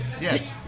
Yes